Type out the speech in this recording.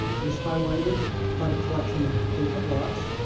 it is highlighted by the collection of vacant lots,